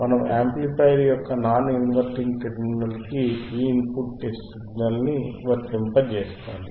మనము యాంప్లిఫైయర్ యొక్క non inverting terminal కి ఈ ఇన్ పుట్ సిగ్నల్ ని వర్తింపజేస్తాము